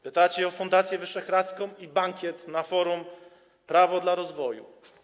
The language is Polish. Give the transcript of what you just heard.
Pytanie o Fundację Wyszehradzką i bankiet na Forum Prawo dla Rozwoju.